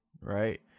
right